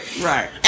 right